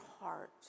heart